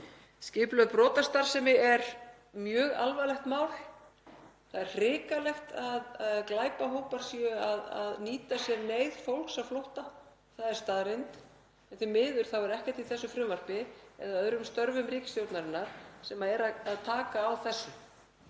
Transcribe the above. Skipulögð brotastarfsemi er mjög alvarlegt mál. Það er hrikalegt að glæpahópar séu að nýta sér neyð fólks á flótta. Það er staðreynd. Því miður er ekkert í þessu frumvarpi eða öðrum störfum ríkisstjórnarinnar sem tekur á þessu